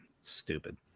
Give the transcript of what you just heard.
stupid